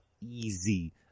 easy